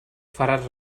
faràs